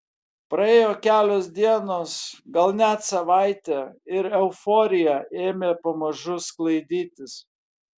praėjo kelios dienos gal net savaitė ir euforija ėmė pamažu sklaidytis